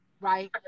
right